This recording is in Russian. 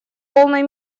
полной